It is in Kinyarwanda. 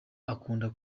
akunda